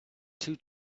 two